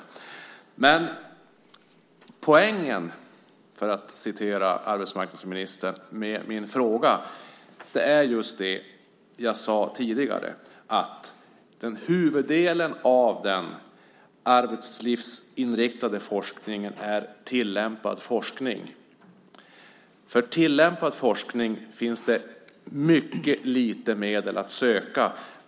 Poängen med min fråga är, för att citera arbetsmarknadsministern, det jag sade tidigare. Huvuddelen av den arbetslivsinriktade forskningen är tillämpad forskning. För tillämpad forskning finns det mycket lite medel att söka.